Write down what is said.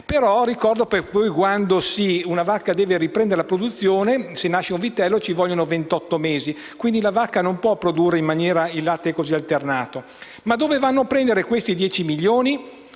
Però ricordo che quando una vacca deve riprendere la produzione, se nasce un vitello ci vogliono ventotto mesi. Quindi la vacca non può produrre il latte in maniera così alternata. Ma dove vanno a prendere questi 10 milioni?